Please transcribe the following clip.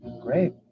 great